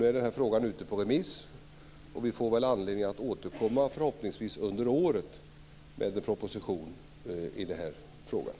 Nu är detta förslag ute på remiss, och regeringen får väl förhoppningsvis anledning att återkomma med en proposition under året.